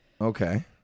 okay